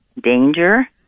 danger